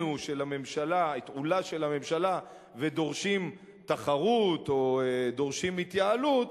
של הממשלה ודורשים תחרות או דורשים התייעלות,